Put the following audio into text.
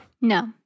No